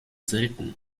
selten